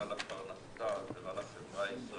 זה רע לפרנסה, זה רע לחברה הישראלית.